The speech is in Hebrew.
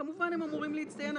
כמובן שהם אמורים להצטיין,